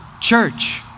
church